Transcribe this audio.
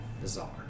bizarre